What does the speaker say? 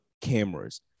cameras